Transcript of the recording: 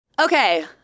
Okay